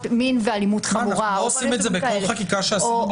מין ואלימות חמורה או כל מיני מקרים כאלה -- אנחנו לא